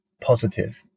positive